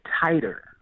tighter